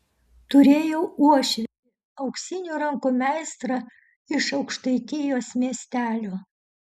turėjau uošvį auksinių rankų meistrą iš aukštaitijos miestelio